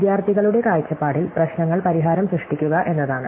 വിദ്യാർത്ഥികളുടെ കാഴ്ചപ്പാടിൽ പ്രശ്നങ്ങൾ പരിഹാരം സൃഷ്ടിക്കുക എന്നതാണ്